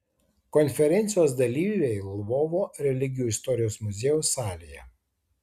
konferencijos dalyviai lvovo religijų istorijos muziejaus salėje